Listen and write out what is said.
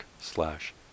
slash